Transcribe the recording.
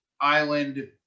island